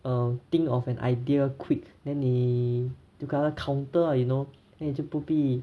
um think of an idea quick then 你就跟它 counter lah you know then 你就不必